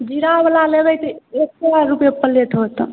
जीरा बला लेबै तऽ एक सए रुपए पलेट होतो